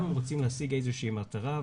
גם אם רוצים להשיג איזו שהיא מטרה,